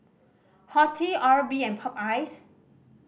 Horti Oral B and Popeyes